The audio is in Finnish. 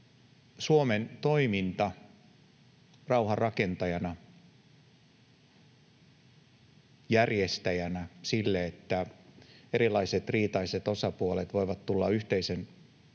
Suomen toiminnasta rauhanrakentajana, järjestäjänä sille, että erilaiset riitaiset osapuolet voivat tulla yhteisen pöydän ääreen.